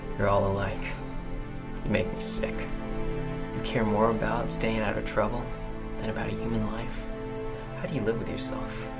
you're all alike. you make me sick. you care more about staying out of trouble than about a human life how do you live with yourself?